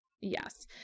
Yes